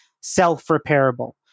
self-repairable